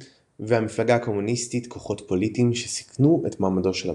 והמפלגה הקומוניסטית כוחות פוליטיים שסיכנו את מעמדו של המלך.